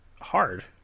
hard